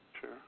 Sure